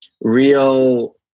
real